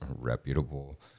reputable